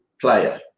player